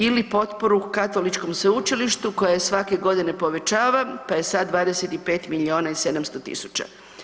Ili potporu Katoličkom sveučilištu koje je svake godine povećava, pa je sad 25 milijuna i 700 tisuća.